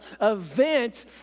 event